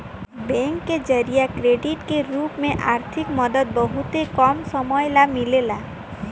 bank के जरिया credit के रूप में आर्थिक मदद बहुते कम समय ला मिलेला